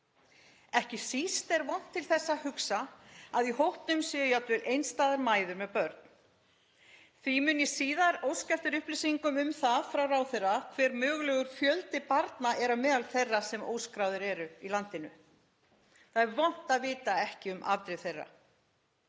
Ekki síst er vont til þess að hugsa að í hópnum séu jafnvel einstæðar mæður með börn. Því mun ég síðar óska eftir upplýsingum um það frá ráðherra hver mögulegur fjöldi barna er á meðal þeirra sem óskráðir eru í landinu. Það er vont að vita ekki um afdrif þeirra.